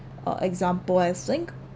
or example I think